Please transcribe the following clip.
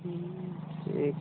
हूँ ठीक है